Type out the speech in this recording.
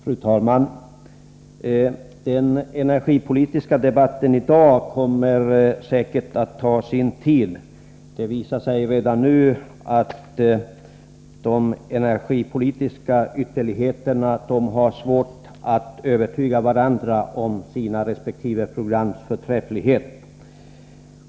Fru talman! Den energipolitiska debatten i dag kommer säkert att ta sin tid. Det visar sig redan nu att företrädarna för de energipolitiska ytterligheterna har svårt att övertyga varandra om sina resp. programs förträfflighet.